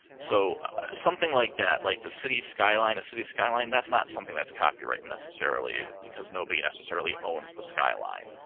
so something like that, like the city skyline. a city skyline, that's not something that's copywritten necessarily because nobody necessarily owns the skyline.